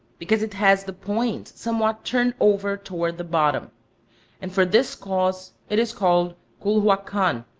because it has the point somewhat turned over toward the bottom and for this cause it is called culhuacan,